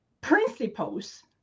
principles